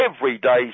everyday